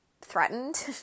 threatened